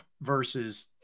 versus